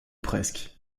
presque